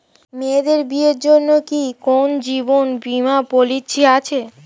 মেয়েদের বিয়ের জন্য কি কোন জীবন বিমা পলিছি আছে?